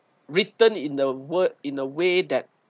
written in the word in a way that